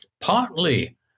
partly